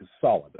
solid